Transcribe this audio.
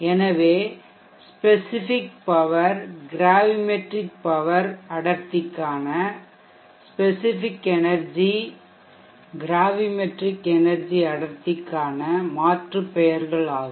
எனவே specific power gravimetric power அடர்த்திக்கான மற்றும் ஸ்பெசிஃபிக் எனெர்ஜி கிராவிமெட்ரிக் எனெர்ஜி அடர்த்திக்கான மாற்று பெயர்கள் ஆகும்